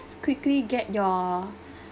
quickly get your